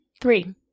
Three